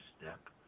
step